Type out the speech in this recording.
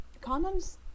Condoms